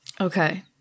Okay